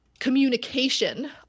communication